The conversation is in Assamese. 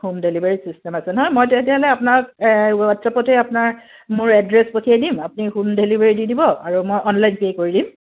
হোম ডেলিভাৰী ছিষ্টেম আছে নহয় মই তেতিয়াহ'লে আপোনাক হোৱাটছএপতে আপোনাক মোৰ এড্ৰেছ পঠিয়াই দিম আপুনি হোম ডেলিভাৰী দি দিব আৰু মই অনলাইন পে' কৰি দিম